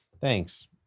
Thanks